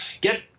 Get